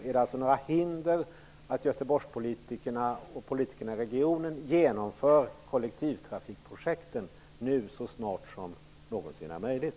Finns det alltså några hinder att Göteborgspolitikerna och politikerna i regionen genomför kollektivtrafikprojekten så snart det någonsin är möjligt?